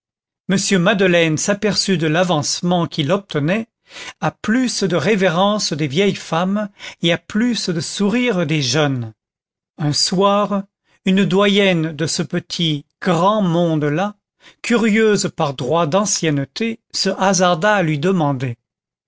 m madeleine s'aperçut de l'avancement qu'il obtenait à plus de révérences des vieilles femmes et à plus de sourires des jeunes un soir une doyenne de ce petit grand monde-là curieuse par droit d'ancienneté se hasarda à lui demander